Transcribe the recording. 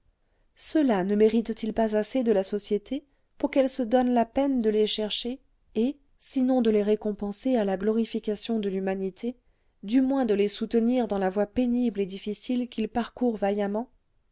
ceux-là ne méritent ils pas assez de la société pour qu'elle se donne la peine de les chercher et sinon de les récompenser à la glorification de l'humanité du moins de les soutenir dans la voie pénible et difficile qu'ils parcourent vaillamment